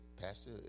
pastor